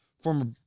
former